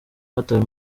batawe